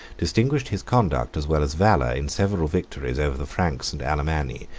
distinguished his conduct, as well as valor, in several victories over the franks and alemanni,